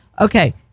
Okay